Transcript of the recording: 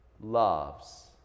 loves